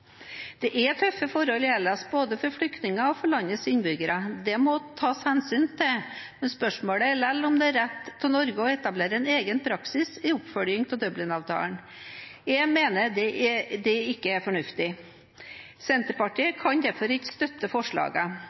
Det er tøffe forhold i Hellas, både for flyktninger og for landets innbyggere. Det må tas hensyn til. Spørsmålet er likevel om det er riktig av Norge å etablere en egen praksis i oppfølgingen av Dublin-avtalen. Jeg mener det ikke er fornuftig. Senterpartiet kan derfor ikke støtte